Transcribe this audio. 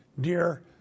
dear